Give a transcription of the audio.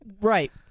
Right